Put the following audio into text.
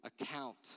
account